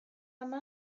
عمه